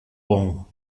bon